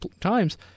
times